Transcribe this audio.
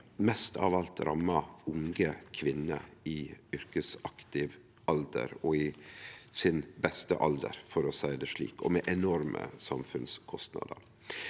mest av alt rammar unge kvinner i yrkesaktiv alder, i sin beste alder, for å seie det slik. Og det har enorme samfunnskostnader.